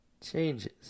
changes